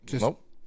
Nope